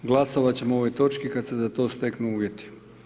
Glasovat ćemo o ovoj točki kad se za to steknu uvjeti.